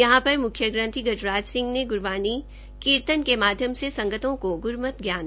यहां पर म्ख्य ग्रंथी गजराज सिंह ने ग्रवाणी कीर्तन के माध्यम से संगतों को ग्रमत ज्ञान दिया